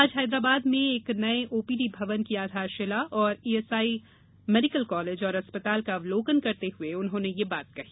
आज हैदराबाद में एक नये ओपीडी भवन की आधारशिला और E S I medical college और अस्पताल का अवलोकन करते हुए उन्होंने यह बात कही